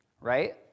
right